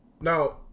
Now